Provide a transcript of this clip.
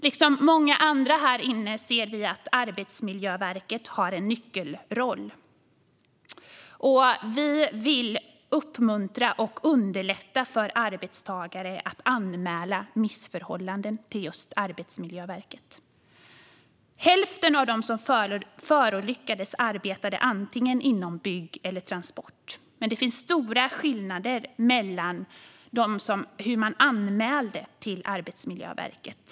Liksom många andra här inne ser vi att Arbetsmiljöverket har en nyckelroll. Vi vill uppmuntra och underlätta för arbetstagare att anmäla missförhållanden till just Arbetsmiljöverket. Hälften av dem som förolyckades arbetade antingen inom bygg eller transport, men det finns stora skillnader i hur man anmälde till Arbetsmiljöverket.